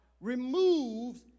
removes